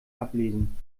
ablesen